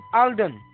alden